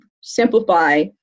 simplify